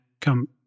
come